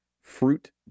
fruit